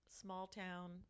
small-town